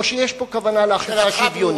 או שיש פה כוונה לאכיפה שוויונית?